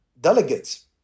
delegates